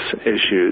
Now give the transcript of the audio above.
issues